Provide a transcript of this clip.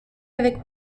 avec